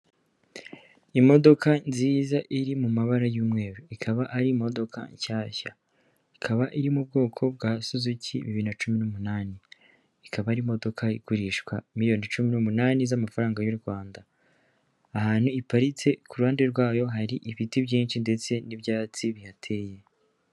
Imodoka nziza iri mu mabara y'umweru ikaba ari imodoka nshyashya, ikaba iri mu bwoko bwa Suzuki bibiri na cumi n'umunani, ikaba ari imodoka igurishwa miliyoni cumi n'umunani z'amafaranga y'u Rwanda, ahantu iparitse ku ruhande rwayo hari ibiti byinshi ndetse n'ibyatsi bihateye.